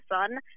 sun